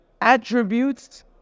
attributes